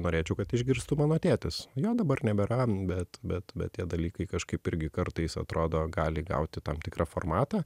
norėčiau kad išgirstų mano tėtis jo dabar nebėra bet bet bet tie dalykai kažkaip irgi kartais atrodo gali įgauti tam tikrą formatą